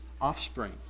offspring